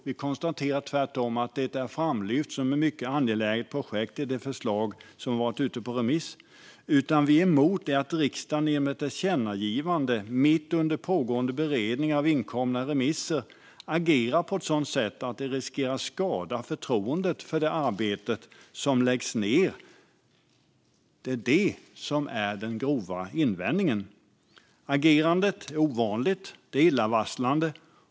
Vi konstaterar tvärtom att det är framlyft som ett mycket angeläget projekt i det förslag som har varit ute på remiss. Det vi är emot är att riksdagen genom ett tillkännagivande mitt under pågående beredning av inkomna remisser agerar på ett sådant sätt att det riskerar att skada förtroendet för det arbete som läggs ned. Det är det som den starka invändningen gäller. Agerandet är ovanligt, och det är illavarslande.